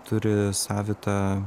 turi savitą